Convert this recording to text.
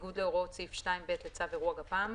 בניגוד להוראות סעיף 2(ב) לצו אירוע גפ"מ,